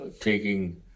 taking